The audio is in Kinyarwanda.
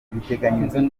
biteganyijwe